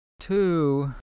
two